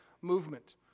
movement